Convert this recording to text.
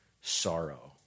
sorrow